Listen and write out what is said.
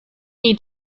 need